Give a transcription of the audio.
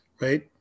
right